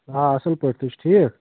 آ اصل پٲٹھۍ تُہۍ چھو ٹھیٖک